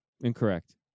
Incorrect